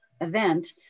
event